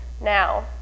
now